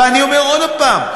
ואני אומר עוד הפעם,